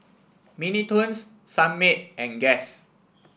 Mini Toons Sunmaid and Guess